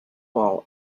ball